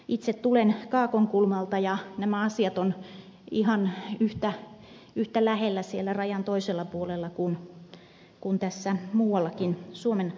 itse tulen kaakonkulmalta ja nämä asiat ovat ihan yhtä lähellä siellä rajan toisella puolella kuin tässä muuallakin suomen alueella